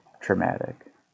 traumatic